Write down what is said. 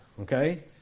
okay